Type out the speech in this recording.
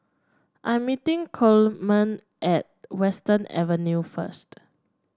I'm meeting Coleman at Western Avenue first